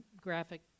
graphic